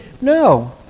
No